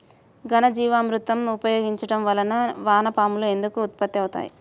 ఘనజీవామృతం ఉపయోగించటం వలన వాన పాములు ఎందుకు ఉత్పత్తి అవుతాయి?